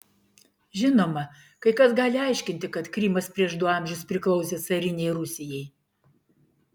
žinoma kai kas gali aiškinti kad krymas prieš du amžius priklausė carinei rusijai